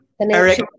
Eric